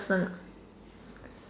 person